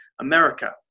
America